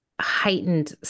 heightened